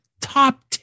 top